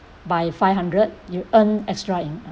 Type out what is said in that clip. by five hundred you earn extra